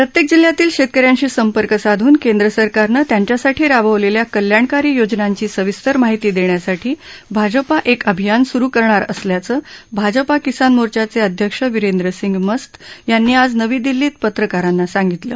प्रत्यक्क जिल्ह्यातील शत्तकऱ्यांशी संपर्क साधून केंद्र सरकारनं त्यांच्यासाठी राबवलप्र्या कल्याणकारी योजनांची सविस्तर माहिती दप्र्यासाठी भाजपा एक अभियान स्रु करणार असल्याचं भाजपा किसान मोर्चाच अध्यक्ष विरेंद्र सिंग मस्त यांनी आज नवी दिल्लीत पत्रकारांना सांगितलं